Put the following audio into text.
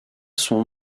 son